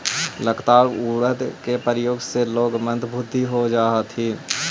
लगातार उड़द के प्रयोग से लोग मंदबुद्धि हो जा हथिन